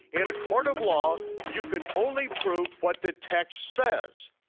in a court of law, you could only prove what the text says.